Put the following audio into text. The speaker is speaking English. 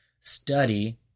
study